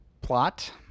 Plot